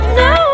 no